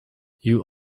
you